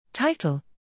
Title